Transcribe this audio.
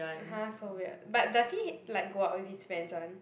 !huh! so weird but does he like go out with his friends [one]